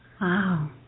Wow